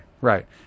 Right